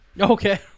okay